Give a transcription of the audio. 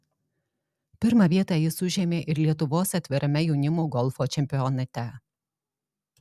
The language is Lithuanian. pirmą vietą jis užėmė ir lietuvos atvirame jaunimo golfo čempionate